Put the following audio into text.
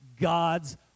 God's